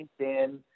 LinkedIn